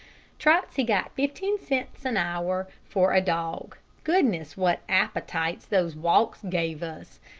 trotsey got fifteen cents an hour for a dog. goodness, what appetites those walks gave us,